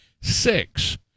six